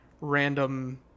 random